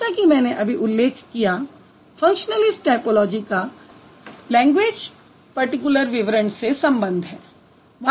जैसा कि मैंने अभी उल्लेख किया फंक्शनलिस्ट टायपोलॉजी का लैंग्वेज़ पर्टीक्युलर विवरण से संबंध है